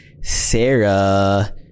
Sarah